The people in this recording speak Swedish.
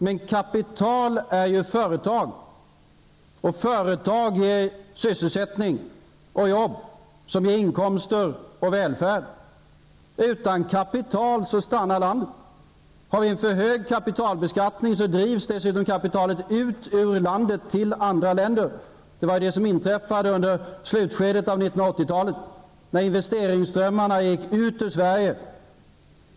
Men kapital är företag, och företag är sysselsättning och jobb, som ger inkomster och välfärd. Utan kapital stannar landet. Har vi för hög kapitalbeskattning drivs dessutom kapitalet ut ur landet till andra länder. Det var ju det som inträffade under slutet av 80-talet när investeringsströmmarna gick ut ur Sverige.